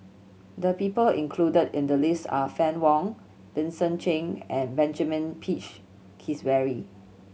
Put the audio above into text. the people included in the list are Fann Wong Vincent Cheng and Benjamin Peach Keasberry